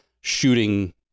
shooting